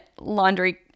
laundry